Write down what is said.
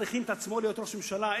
הכין את עצמו להיות ראש ממשלה.